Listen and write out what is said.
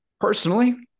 Personally